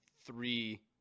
three